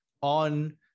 on